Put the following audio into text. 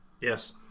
Yes